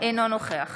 אינו נוכח